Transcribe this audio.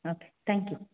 okay thank you